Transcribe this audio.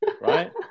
right